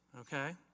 okay